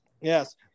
Yes